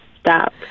stop